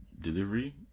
delivery